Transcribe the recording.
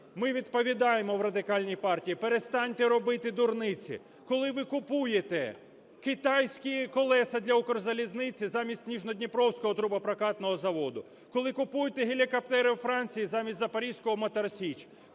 ми відповідаємо в Радикальній партії: перестаньте робити дурниці. Коли ви купуєте китайські колеса для "Укрзалізниці" замість Нижньодніпровського трубопрокатного заводу, коли купуєте гелікоптери у Франції замість запорізького "Мотор Січ",